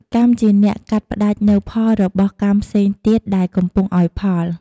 កម្មជាអ្នកកាត់ផ្តាច់នូវផលរបស់កម្មផ្សេងទៀតដែលកំពុងឲ្យផល។